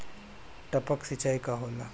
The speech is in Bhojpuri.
टपक सिंचाई का होला?